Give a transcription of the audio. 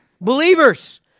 believers